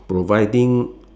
providing